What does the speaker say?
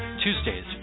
Tuesdays